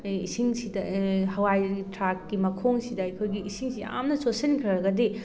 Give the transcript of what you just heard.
ꯏꯁꯤꯡꯁꯤꯗ ꯍꯋꯥꯏ ꯊꯔꯥꯛꯀꯤ ꯃꯈꯣꯡꯁꯤꯗ ꯑꯩꯈꯣꯏꯒꯤ ꯏꯁꯤꯡꯁꯤ ꯌꯥꯝꯅ ꯆꯣꯠꯁꯤꯟꯈ꯭ꯔꯒꯗꯤ